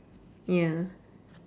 ya